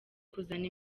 kuzana